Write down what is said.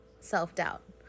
self-doubt